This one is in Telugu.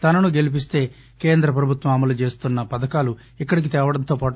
తనను గెలిపిస్తే కేంద్రప్రభుత్వం అమలుచేస్తున్న పథకాలు ఇక్కడికి తేవడంతో పాటు